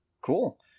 cool